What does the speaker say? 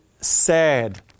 sad